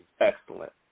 excellent